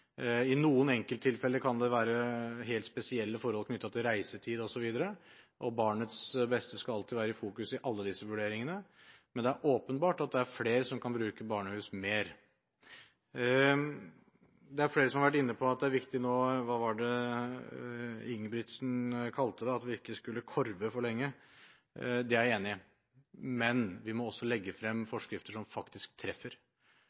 I noen enkelttilfeller kan det være helt spesielle forhold knyttet til reisetid osv., og barnets beste skal alltid være i fokus i alle disse vurderingene, men det er åpenbart at flere kan bruke barnehus mer. Flere har vært inne på at det er viktig nå at vi ikke «korver» for lenge, som var det Ingebrigtsen kalte det. Det er jeg enig i. Men vi må også legge frem forskrifter som faktisk treffer.